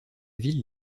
ville